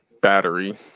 battery